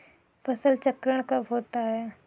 फसल चक्रण कब होता है?